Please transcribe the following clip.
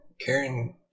Karen